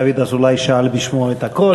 דוד אזולאי שאל בשמו הכול.